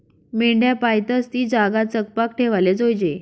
मेंढ्या पायतस ती जागा चकपाक ठेवाले जोयजे